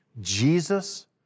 Jesus